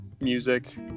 Music